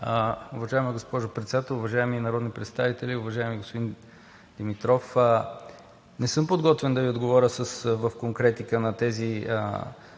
Уважаема госпожо Председател, уважаеми народни представители! Уважаеми господин Димитров, не съм подготвен да Ви отговоря в конкретика на тези